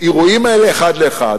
האירועים האלה אחד לאחד.